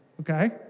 Okay